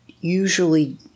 usually